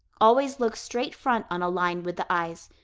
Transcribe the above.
always look straight front on a line with the eyes.